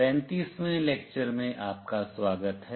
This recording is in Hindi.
35 वें लेक्चर में आपका स्वागत है